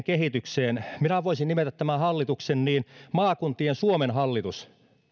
kehitykseen minä voisin nimetä tämän hallituksen maakuntien suomen hallitukseksi